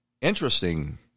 interesting